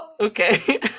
Okay